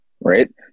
right